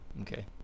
okay